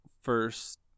first